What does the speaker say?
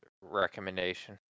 recommendation